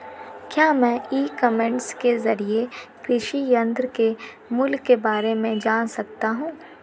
क्या मैं e-commerce के ज़रिए कृषि यंत्र के मूल्य में बारे में जान सकता हूँ?